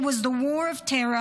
It was the war of terror,